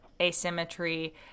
asymmetry